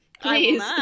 please